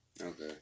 Okay